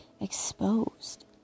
exposed